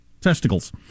testicles